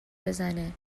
بزنه